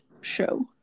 show